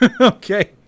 Okay